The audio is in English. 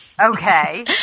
Okay